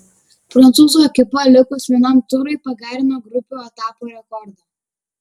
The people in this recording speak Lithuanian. prancūzų ekipa likus vienam turui pagerino grupių etapo rekordą